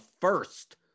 first